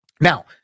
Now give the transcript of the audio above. Now